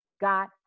got